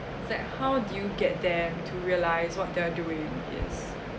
how do you get them to realise what they are doing yes